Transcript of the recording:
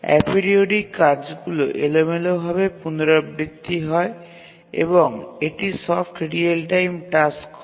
aperiodic কাজগুলি এলোমেলোভাবে পুনরাবৃত্তি হয় এবং এটি সফট রিয়েল টাইম টাস্ক হয়